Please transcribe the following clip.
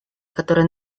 которые